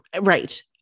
Right